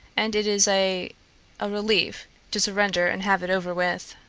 and it is a a relief to surrender and have it over with.